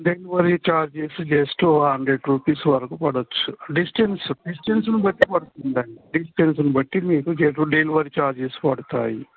delivery charges just ఒక hundred rupees వరకు పడొచ్చు డిస్టెన్స్ డిస్టెన్స్ని బట్టి పడుతుందండి డిస్టెన్స్ని బట్టి మీకు చెప్పుడు డెలివరీ ఛార్జెస్ పడతాయి